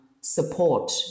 support